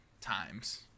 times